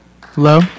hello